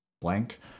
blank